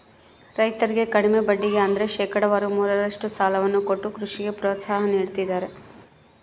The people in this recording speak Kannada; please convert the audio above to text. ರೈತರಿಗೆ ಕಡಿಮೆ ಬಡ್ಡಿಗೆ ಅಂದ್ರ ಶೇಕಡಾವಾರು ಮೂರರಷ್ಟು ಸಾಲವನ್ನ ಕೊಟ್ಟು ಕೃಷಿಗೆ ಪ್ರೋತ್ಸಾಹ ನೀಡ್ತದರ